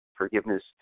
forgiveness